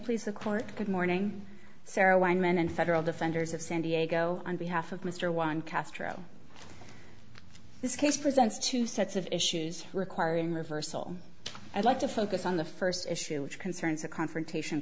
the court good morning sarah weinman and federal defenders of san diego on behalf of mr one castro this case presents two sets of issues requiring reversal i'd like to focus on the first issue which concerns the confrontation